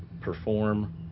perform